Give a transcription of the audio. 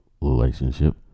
relationship